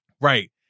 Right